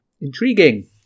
Intriguing